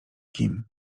kim